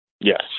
yes